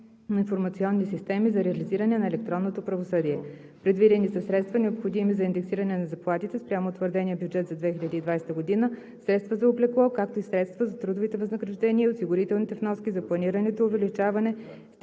на информационни системи за реализиране на електронното правосъдие. Предвидени са средства, необходими за индексиране на заплатите спрямо утвърдения бюджет за 2020 г., средства за облекло, както и средства за трудовите възнаграждения и осигурителните вноски за планираното увеличаване